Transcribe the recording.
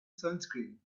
sunscreen